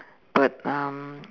but um